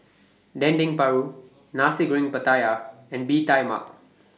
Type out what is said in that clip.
Dendeng Paru Nasi Goreng Pattaya and Bee Tai Mak